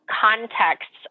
contexts